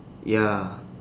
ya